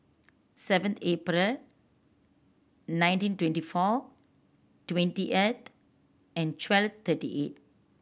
seven April nineteen twenty four twenty eight and twelve thirty eight